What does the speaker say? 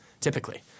typically